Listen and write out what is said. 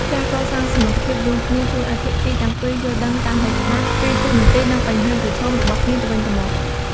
ការកសាងសមត្ថភាពរួមគ្នាជួយឱ្យភាគីទាំងពីរយល់ដឹងកាន់តែច្បាស់ពីតួនាទី និងបញ្ហាប្រឈមរបស់គ្នាទៅវិញទៅមក។